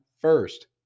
first